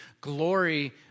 glory